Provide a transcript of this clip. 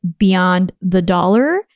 beyondthedollar